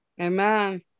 Amen